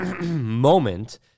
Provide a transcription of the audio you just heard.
moment